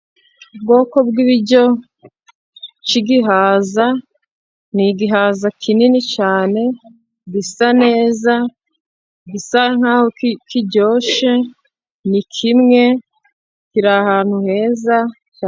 Ubwoko bw'ibiryo by'igihaza, ni igihaza kinini cyane, gisa neza, gisa nk'aho kiryoshye, ni kimwe, kiri ahantu heza,...